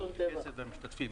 חברי הכנסת, המשתתפים.